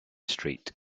street